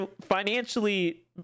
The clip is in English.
financially